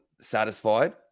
satisfied